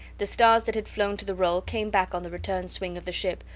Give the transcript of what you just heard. the stars that had flown to the roll came back on the return swing of the ship,